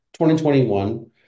2021